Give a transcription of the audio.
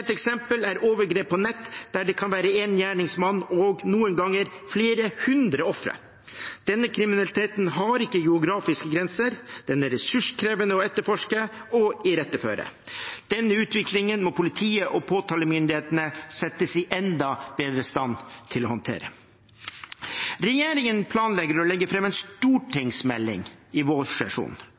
Et eksempel er overgrep på nett, der det kan være én gjerningsmann og noen ganger flere hundre ofre. Denne kriminaliteten har ikke geografiske grenser, den er ressurskrevende å etterforske og iretteføre. Denne utviklingen må politiet og påtalemyndighetene settes i enda bedre stand til å håndtere. Regjeringen planlegger å legge fram en stortingsmelding i